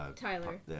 Tyler